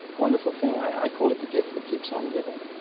wonderful thing. i call it the gift that keeps on giving,